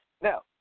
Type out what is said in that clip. Now